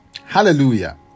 Hallelujah